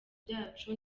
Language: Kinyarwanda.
byacu